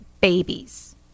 babies